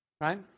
Right